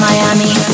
Miami